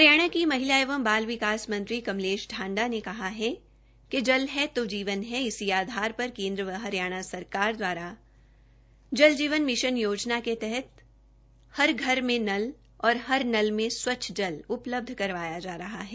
हरियाणा की महिला एवं बाल विकास मंत्री कमलेश ढांडा ने कहा कि जल है तो जीवन है इसी आधार पर केन्द्र व हरियाणा सरकार द्वारा जल जीवन मिशन योजना के तहत हर घर में नल और हर नल में जल उपलब्ध करवाया जा रहा है